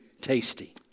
tasty